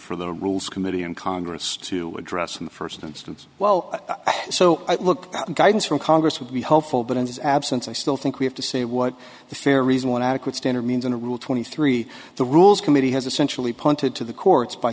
for the rules committee and congress to address in the first instance well so look guidance from congress would be helpful but in his absence i still think we have to say what the fair reason one adequate standard means and a rule twenty three the rules committee has essentially punted to the courts by